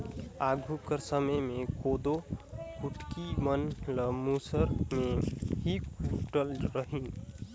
आघु कर समे मे कोदो कुटकी मन ल मूसर मे ही कूटत रहिन